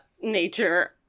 nature